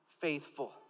faithful